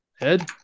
Ed